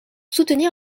soutenir